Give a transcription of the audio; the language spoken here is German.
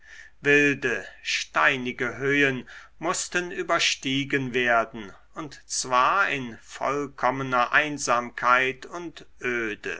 wilde steinige höhen mußten überstiegen werden und zwar in vollkommener einsamkeit und öde